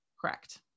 Correct